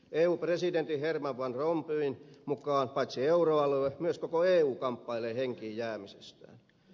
eu presidentin herman van rompuyn mukaan paitsi euroalue myös koko eu kamppailee henkiin jäämisestään